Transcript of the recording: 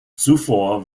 zuvor